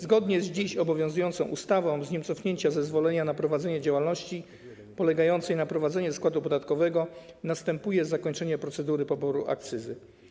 Zgodnie z dziś obowiązującą ustawą z dniem cofnięcia zezwolenia na prowadzenie działalności polegającej na prowadzenie składu podatkowego następuje zakończenie procedury poboru akcyzy.